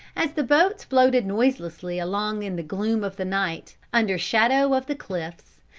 as the boats floated noiselessly along in the gloom of the night, under shadow of the cliffs,